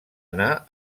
anar